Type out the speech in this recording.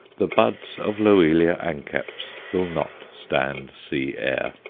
the buds of loelia anceps will not stand sea air.